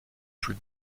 plus